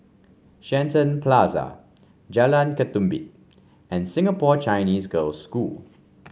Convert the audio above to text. Shenton Plaza Jalan Ketumbit and Singapore Chinese Girls' School